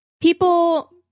people